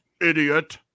idiot